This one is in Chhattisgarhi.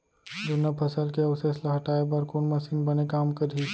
जुन्ना फसल के अवशेष ला हटाए बर कोन मशीन बने काम करही?